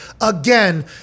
again